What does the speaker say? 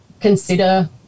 consider